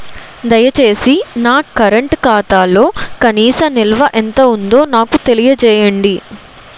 దయచేసి నా కరెంట్ ఖాతాలో కనీస నిల్వ ఎంత ఉందో నాకు తెలియజేయండి